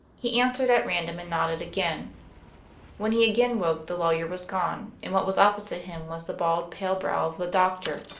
he answered at random and nodded again when he again woke the lawyer was gone, and what was opposite him was the bald, pale brow of the doctor